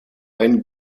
ein